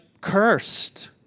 cursed